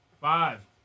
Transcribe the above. Five